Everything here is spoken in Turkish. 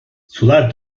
sular